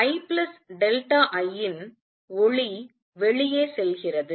II ன் ஒளி வெளியே செல்கிறது